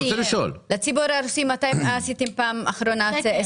לציבור הרוסי מתי עשיתם בפעם האחרונה סקר?